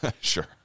Sure